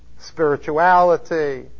spirituality